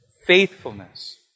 Faithfulness